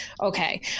Okay